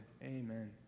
Amen